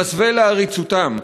ומסווה לעריצותם.